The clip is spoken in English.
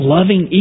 Loving